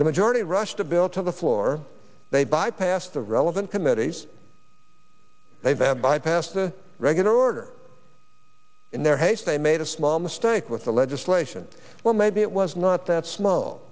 the majority rushed a bill to the floor they bypassed the relevant committees they have bypassed the regular order in their haste they made a small mistake with the legislation well maybe it was not that small